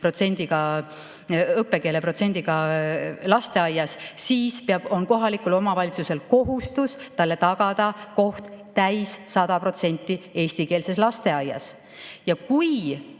õppekeele protsendiga lasteaias, siis on kohalikul omavalitsusel kohustus talle tagada koht 100% eestikeelses lasteaias. Ma tean,